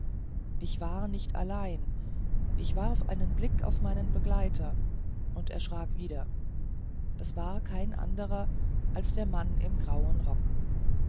ich war nicht allein ich warf einen blick auf meinen begleiter und erschrak wieder es war kein anderer als der mann im grauen rock